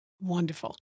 Wonderful